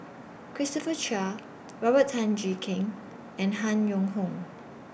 Christopher Chia Robert Tan Jee Keng and Han Yong Hong